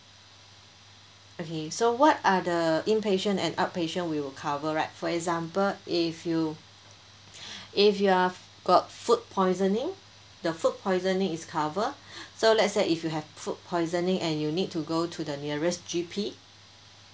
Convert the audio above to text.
okay so what are the inpatient and outpatient we'll cover right for example if you if you're got food poisoning the food poisoning is cover so let's say if you have food poisoning and you need to go to the nearest G_P